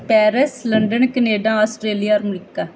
Paris London Canada Australia America